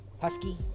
Husky